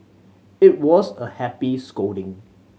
it was a happy scolding